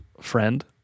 friend